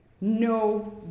no